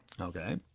okay